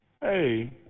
Hey